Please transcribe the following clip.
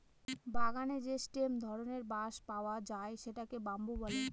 বাগানে যে স্টেম ধরনের বাঁশ পাওয়া যায় সেটাকে বাম্বু বলে